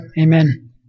amen